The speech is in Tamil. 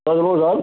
ஆ சொல்லுங்கள் சார்